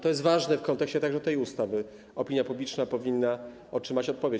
To jest ważne w kontekście także tej ustawy, opinia publiczna powinna otrzymać odpowiedź.